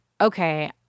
okay